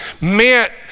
meant